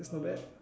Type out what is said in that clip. that's not bad